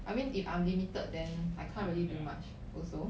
I mean if I'm limited then I can't really do much also